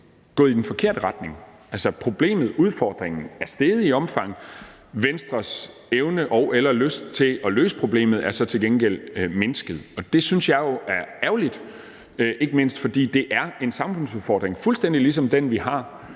gået i den forkerte retning, altså, problemet og udfordringen er steget i omfang, og Venstres evne og/eller lyst til at løse problemet er så til gengæld mindsket. Og det synes jeg jo er ærgerligt, ikke mindst fordi det er en samfundsudfordring, fuldstændig ligesom den vi har